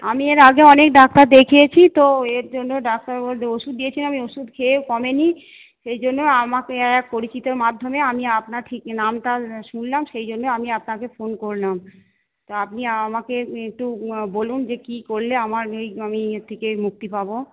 আমি এর আগে অনেক ডাক্তার দেখিয়েছি তো এর জন্য ডাক্তারবাবু ওষুধ দিয়েছেন আমি ওষুধ খেয়ে কমেনি সেই জন্য আমাকে এক পরিচিতর মাধ্যমে আমি আপনার ঠি নামটা শুনলাম সেই জন্য আমি আপনাকে ফোন করলাম তা আপনি আমাকে একটু বলুন যে কি করলে আমার এই আমি এই থেকে মুক্তি পাবো